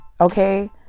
okay